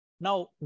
now